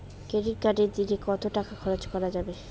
Credit কার্ডে দিনে কত টাকা খরচ করা যাবে?